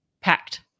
packed